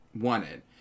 wanted